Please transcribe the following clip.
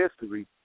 history